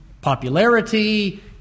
popularity